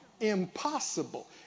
Impossible